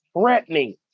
threatening